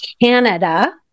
Canada